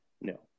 No